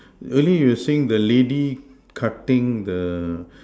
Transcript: really you think the lady cutting the